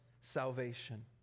salvation